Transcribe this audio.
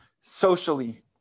socially